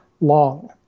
long